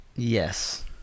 Yes